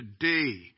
today